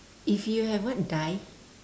if you have what die